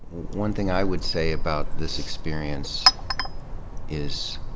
one thing i would say about this experience is,